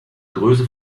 größe